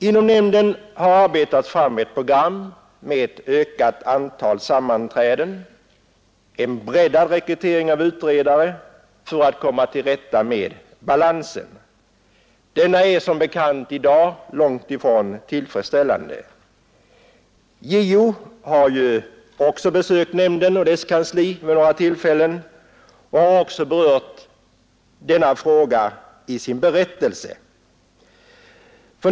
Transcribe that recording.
Inom nämnden har utarbetats ett program med ett ökat antal sammanträden och en breddad rekrytering av utredare för att komma till rätta med balansen. Denna är som bekant i dag långt ifrån tillfredsställande. JO har också besökt nämnden och dess kansli vid några tillfällen och även berört denna fråga i sin berättelse.